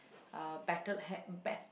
uh battle ha~ bet~